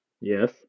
Yes